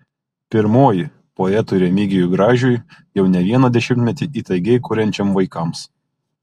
pirmoji poetui remigijui gražiui jau ne vieną dešimtmetį įtaigiai kuriančiam vaikams